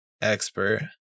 expert